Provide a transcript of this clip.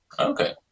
Okay